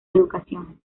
educación